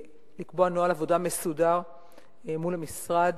ולקבוע נוהל עבודה מסודר אל מול המשרד